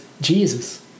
Jesus